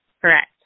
Correct